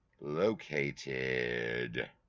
located